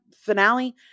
finale